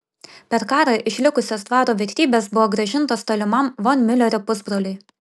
per karą išlikusios dvaro vertybės buvo grąžintos tolimam von miulerio pusbroliui